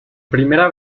primera